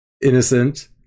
innocent